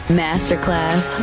masterclass